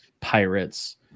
pirates